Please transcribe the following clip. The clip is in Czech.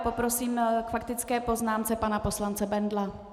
Poprosím k faktické poznámce pana poslance Bendla.